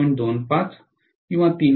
5 टक्के असू शकतात